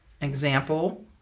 Example